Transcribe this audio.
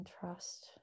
trust